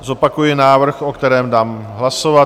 Zopakuji návrh, o kterém dám hlasovat.